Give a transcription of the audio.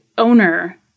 owner